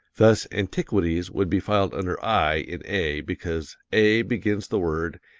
thus, antiquities would be filed under i in a, because a begins the word,